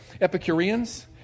Epicureans